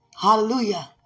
Hallelujah